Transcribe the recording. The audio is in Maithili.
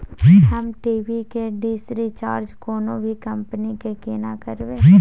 हम टी.वी के डिश रिचार्ज कोनो भी कंपनी के केना करबे?